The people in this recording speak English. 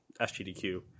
SGDQ